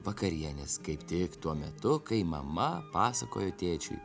vakarienės kaip tik tuo metu kai mama pasakojo tėčiui